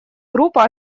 группа